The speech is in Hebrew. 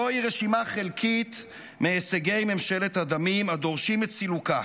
זוהי רשימה חלקית מהישגיה ממשלת הדמים הדורשים את סילוקה.